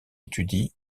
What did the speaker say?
étudie